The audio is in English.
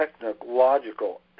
technological